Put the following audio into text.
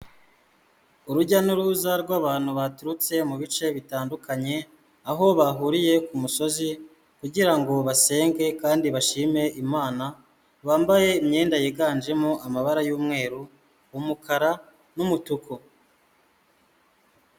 Urujya n'uruza rw'abantu baturutse mu bice bitandukanye, aho bahuriye ku musozi kugira ngo basenge kandi bashime Imana, bambaye imyenda yiganjemo amabara y'umweru, umukara n'umutuku.